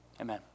amen